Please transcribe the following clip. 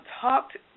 talked